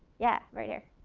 yeah, right here.